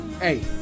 Hey